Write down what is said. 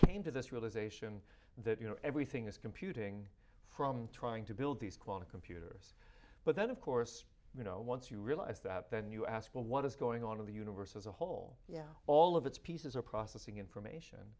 came to this realization that you know everything is computing from trying to build these quantum computers but then of course once you realize that then you ask well what is going on in the universe as a whole yeah all of its pieces are processing information